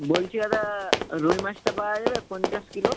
বলছি দাদা রুই মাছটা পাওয়া যাবে পঞ্চাশ কিলো